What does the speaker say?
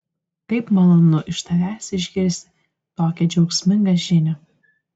kaip malonu iš tavęs išgirsti tokią džiaugsmingą žinią